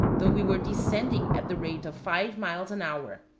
though we were descending at the rate of five miles an hour.